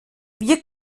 wir